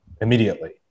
Immediately